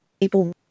people